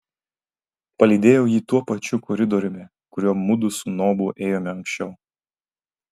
palydėjau jį tuo pačiu koridoriumi kuriuo mudu su nobu ėjome anksčiau